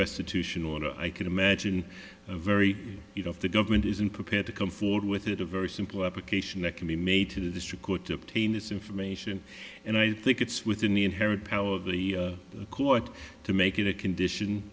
restitution order i can imagine a very you know if the government isn't prepared to come forward with it a very simple application that can be made to the district court to obtain this information and i think it's within the inherent power of the court to make it a condition